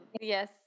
yes